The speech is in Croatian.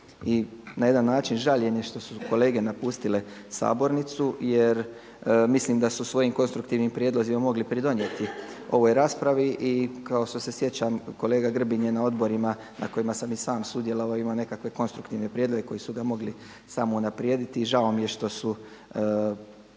i na jedan način žaljenje što su kolege napustile sabornicu jer mislim da su svojim konstruktivnim prijedlozima mogli pridonijeti ovoj raspravi. I kao što se sjećam kolega Grbin je na odborima na kojima sam i sam sudjelovao imao neke konstruktivne prijedloge koji su ga mogli samo unaprijediti i žao mi je što su